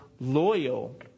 loyal